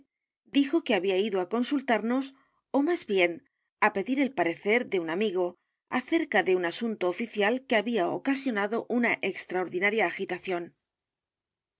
dijo que había ido á consultarnos ó más bien á pedir el parecer de un amigo acerca de un asunto oficial que había ocasionado una extraordinaria agitación